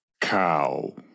Cow